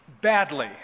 badly